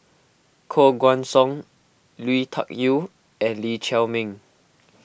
Koh Guan Song Lui Tuck Yew and Lee Chiaw Meng